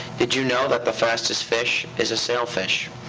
did you know that the fastest fish is a sailfish?